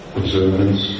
observance